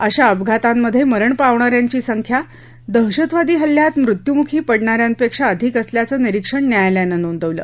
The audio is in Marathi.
अशा अपघातांमध्ये मरण पावणा यांची संख्या दहशतवादी हल्ल्यात मृत्युमुखी पडणा यांपेक्षा अधिक असल्याचं निरीक्षण न्यायालयानं नोंदवलं